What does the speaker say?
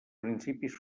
principis